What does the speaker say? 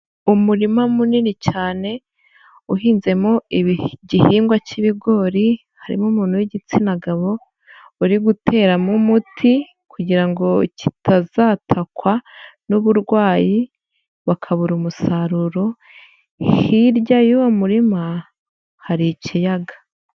Umurima munini cyane uhinzemo igihingwa cy'ibigori, harimo umuntu w'igitsina gabo uri guteramo umuti kugira ngo kitazatakwa n'uburwayi bakabura umusaruro, hirya y'uwo murima hari ikiyaga.